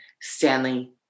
Stanley